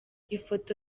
ifoto